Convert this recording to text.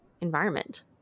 environment